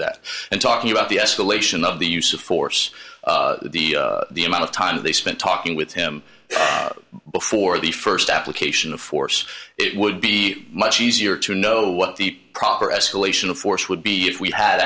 that and talking about the escalation of the use of force the amount of time they spent talking with him before the first application of force it would be much easier to know what the proper escalation of force would be if we had